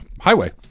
highway